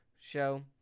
show